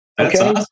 Okay